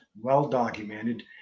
well-documented